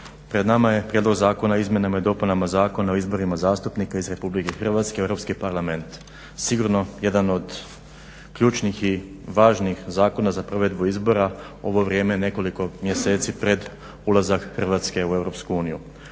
Pred nama je prijedlog Zakona o izmjenama i dopunama Zakona o izborima zastupnika iz RH u Europski parlament. Sigurno jedan od ključnih i važnih zakona za provedbu izbora, u ovo vrijeme nekoliko mjeseci pred ulazak u Hrvatske u EU. Tu su